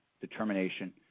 determination